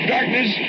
Darkness